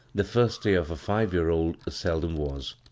the first day of a five-year-old seldom was,